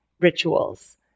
rituals